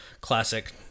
classic